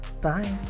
bye